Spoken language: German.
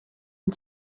ihn